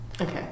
okay